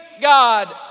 God